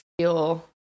feel